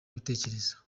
ibitekerezo